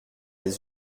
les